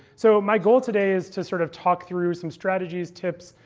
so my goal today is to sort of talk through some strategies, tips,